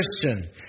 Christian